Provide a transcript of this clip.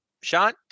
Sean